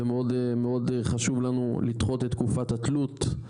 מאוד מאוד חשוב לנו לדחות את תקופת התלות,